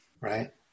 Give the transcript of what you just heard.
Right